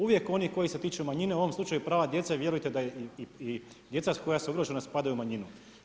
Uvijek oni koji se tiče manjine, u ovom slučaju prava djece vjerujte da je i djeca koja su ugrožena spadaju u manjinu.